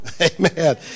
Amen